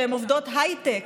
שהן עובדות הייטק,